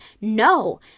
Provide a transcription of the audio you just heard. No